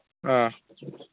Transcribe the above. ꯑꯥ